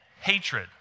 hatred